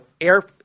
air